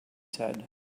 said